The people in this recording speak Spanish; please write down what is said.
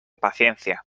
paciencia